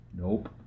Nope